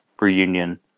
reunion